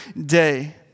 day